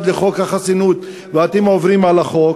לחוק החסינות ואתם עוברים על החוק,